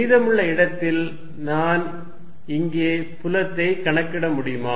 மீதமுள்ள இடத்தில் நான் இங்கே புலத்தை கணக்கிட முடியுமா